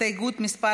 הסתייגות מס'